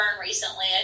recently